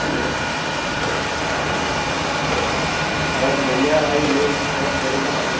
hello बस बढ़िया भाई विवेक और तेरे क्या हाल है